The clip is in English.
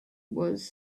was